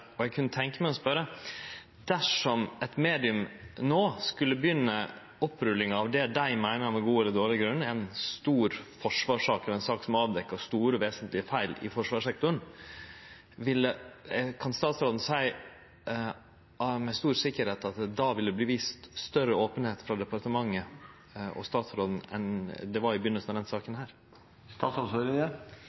og så vidare. Eg kunne tenkje meg å spørje: Dersom eit medium no skulle begynne opprullinga av det dei meiner, med god eller dårleg grunn, er ei stor forsvarssak eller ei sak som avdekkjer store, vesentlege feil i forsvarssektoren – kan statsråden seie med stor sikkerheit at det då ville verte vist større openheit frå departementet og statsråden enn det var i begynninga av denne saka?